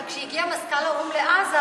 אבל כשהגיע מזכ"ל האו"ם לעזה,